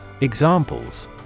Examples